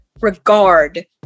regard